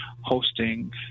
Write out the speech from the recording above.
hosting